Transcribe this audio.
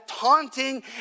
taunting